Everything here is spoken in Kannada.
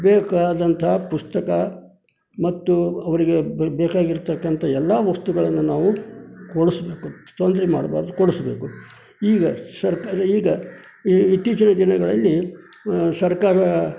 ಬೇಕಾದಂತಹ ಪುಸ್ತಕ ಮತ್ತು ಅವರಿಗೆ ಬೇಕಾಗಿರ್ತಕಂಥ ಎಲ್ಲ ವಸ್ತುಗಳನ್ನು ನಾವು ಕೊಡಿಸ್ಬೇಕು ತೊಂದ್ರೆ ಮಾಡಬಾರ್ದು ಕೊಡಿಸ್ಬೇಕು ಈಗ ಸರ್ಕಾರ ಈಗ ಈ ಇತ್ತೀಚಿನ ದಿನಗಳಲ್ಲಿ ಸರ್ಕಾರ